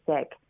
sick